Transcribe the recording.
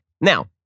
Now